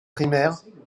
primaires